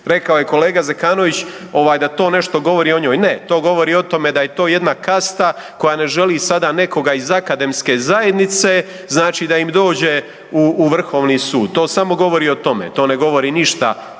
Rekao je kolega Zekanović ovaj da to nešto govori o njoj. Ne, to govori o tome da je to jedna kasta koja ne želi sada nekoga iz akademske zajednice, znači da im dođe u vrhovni sud. To samo govori o tome, to ne govori ništa